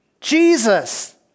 Jesus